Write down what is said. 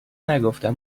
نگفتن